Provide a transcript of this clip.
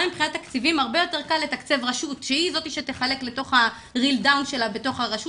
הרבה יותר קל לתקצב רשות שהיא זו שתחלק ברשות לגנים,